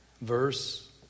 verse